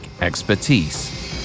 expertise